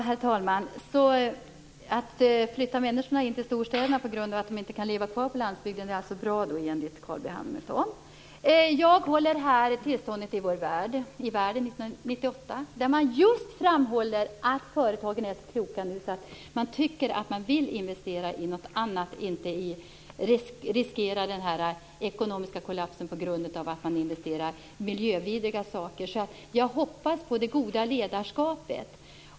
Herr talman! Att flytta människor in till storstäderna på grund av att de inte kan leva kvar på landsbygden är alltså bra, enligt Carl B Hamilton. Jag håller i min hand Tillståndet i världen 1998, där man just framhåller att företagen nu är så kloka att man tycker att man vill investera i något annat. Man vill inte riskera en ekonomisk kollaps på grund av att man investerar i miljövidriga saker. Jag hoppas på det goda ledarskapet.